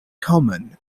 common